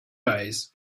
eyes